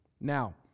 Now